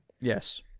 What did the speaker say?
yes